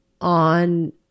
on